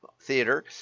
theater